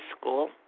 school